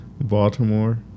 Baltimore